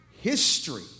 History